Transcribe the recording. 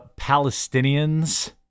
Palestinians